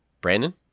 Brandon